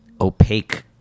opaque